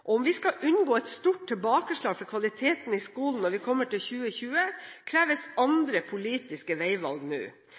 Om vi skal unngå et stort tilbakeslag for kvaliteten i skolen når vi kommer til 2020, kreves andre politiske veivalg nå.